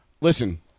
Listen